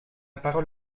parole